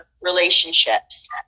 relationships